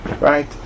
right